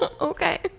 Okay